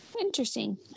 Interesting